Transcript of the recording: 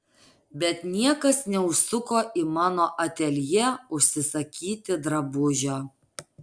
bet niekas neužsuko į mano ateljė užsisakyti drabužio